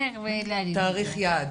תאריך יעד